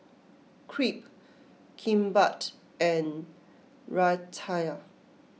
Crepe Kimbap and Raita